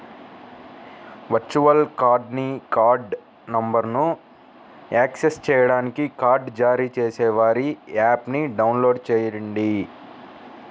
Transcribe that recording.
virtual కార్డ్ని card నంబర్ను access చేయడానికి కార్డ్ జారీ చేసేవారి యాప్ని డౌన్లోడ్ చేయండి